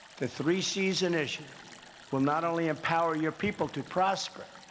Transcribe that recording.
the three seas initiative will not only empower your people to prosper,